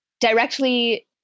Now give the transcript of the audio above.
directly